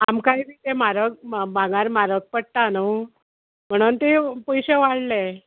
आमकांय बी ते म्हारग भांगार म्हारग पडटा न्हू म्हणोन ते पयशे वाडले